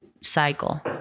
Cycle